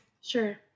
Sure